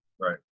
right